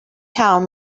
town